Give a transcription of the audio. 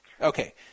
Okay